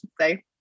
say